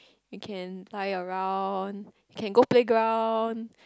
you can lie around can go playground